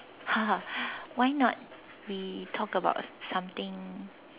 why not we talk about something